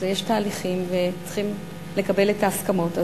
יש תהליכים וצריכים לקבל את ההסכמות.